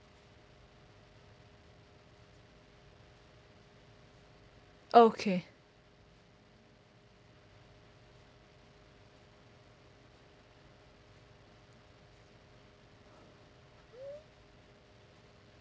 okay